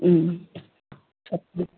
చప్